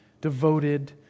devoted